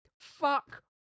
Fuck